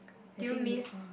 do you miss